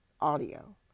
audio